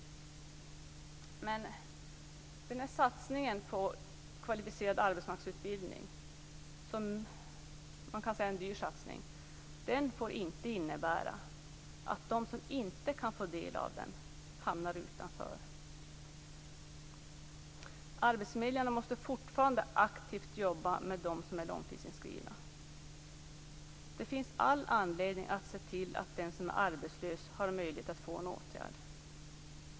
Denna satsning på kvalificerad arbetsmarknadsutbildning, som alltså är dyr, får dock inte innebära att de som inte kan få del av den hamnar utanför. Arbetsförmedlingarna måste fortfarande aktivt jobba med dem som är långtidsinskrivna. Det finns all anledning att se till att den som är arbetslös har möjlighet att få en åtgärd.